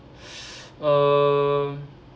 uh